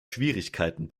schwierigkeiten